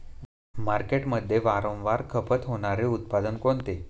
मार्केटमध्ये वारंवार खपत होणारे उत्पादन कोणते?